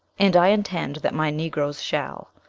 and i intend that my negroes shall.